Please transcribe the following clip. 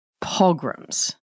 pogroms